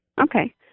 Okay